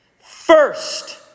First